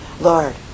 Lord